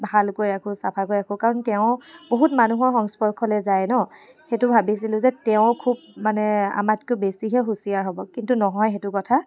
ভালকৈ ৰাখোঁ চফাকৈ ৰাখোঁ কাৰণ তেওঁ বহুত মানুহৰ সংস্পৰ্শলৈ যায় ন সেইটো ভাবিছিলোঁ যে তেওঁ খুব মানে আমাতকৈ বেছিহে হুঁচিয়াৰ হ'ব কিন্তু নহয় সেইটো কথা